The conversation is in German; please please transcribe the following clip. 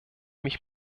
mich